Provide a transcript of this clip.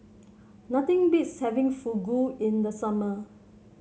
nothing beats having Fugu in the summer